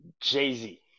Jay-Z